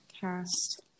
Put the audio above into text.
Cast